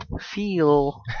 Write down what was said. feel